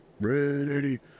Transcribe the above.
ready